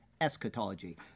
Eschatology